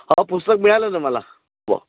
हो पुस्तक मिळालंन मला हो